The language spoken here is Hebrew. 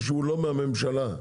בבקשה.